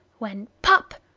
when, pop!